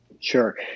sure